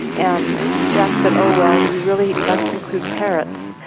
and jack said, oh, well, you really must include parrots.